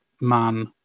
man